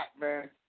man